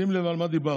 שים לב על מה דיברתי: